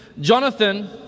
Jonathan